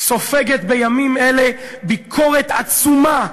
סופגת בימים אלה ביקורת עצומה.